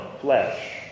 flesh